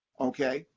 ok?